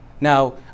now